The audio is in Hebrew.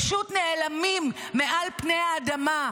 פשוט נעלמים מעל פני האדמה.